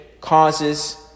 causes